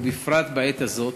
ובפרט בעת הזאת,